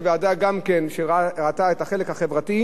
והקימה ועדה מיוחדת, ועדת פטור, שלא היתה כמותה.